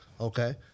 Okay